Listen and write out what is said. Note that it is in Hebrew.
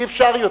אי-אפשר יותר.